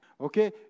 okay